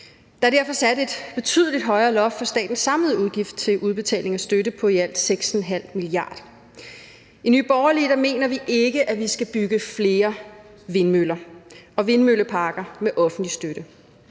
Der er derfor sat et betydeligt højere loft for statens samlede udgift til udbetaling af støtte på i alt 6,5 mia. kr. I Nye Borgerlige mener vi ikke, at vi skal bygge flere vindmøller og vindmølleparker med offentlig støtte.